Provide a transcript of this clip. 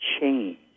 change